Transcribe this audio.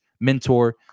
mentor